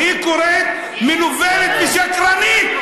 היא קוראת מנוולת ושקרנית,